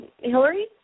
Hillary